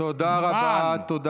תודה רבה.